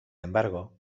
embargo